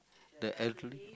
the elderly